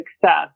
success